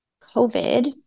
COVID